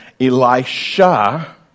Elisha